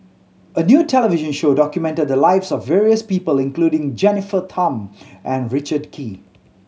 a new television show documented the lives of various people including Jennifer Tham and Richard Kee